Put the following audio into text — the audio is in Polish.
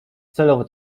celowo